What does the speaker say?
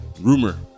Rumor